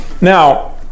Now